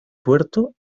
tuerto